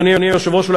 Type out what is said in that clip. אדוני היושב-ראש,